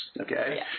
okay